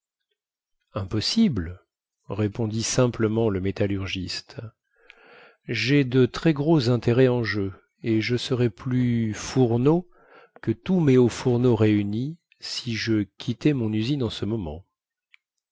impossible répondit simplement le métallurgiste jai de très gros intérêts en jeu et je serais plus fourneau que tous mes hauts fourneaux réunis si je quittais mon usine en ce moment